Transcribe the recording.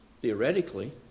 theoretically